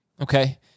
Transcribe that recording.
Okay